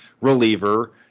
reliever